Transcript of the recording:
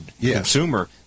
consumer